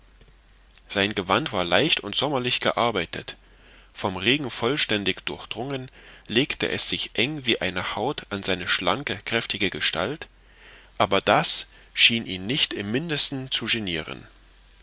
sein gewand war leicht und sommerlich gearbeitet vom regen vollständig durchdrungen legte es sich eng wie eine haut an seine schlanke kräftige gestalt aber das schien ihn nicht im mindesten zu geniren